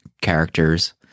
characters